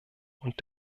und